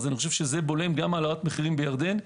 זה בולם גם העלאת מחירים בירדן.